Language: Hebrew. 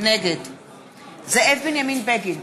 נגד זאב בנימין בגין,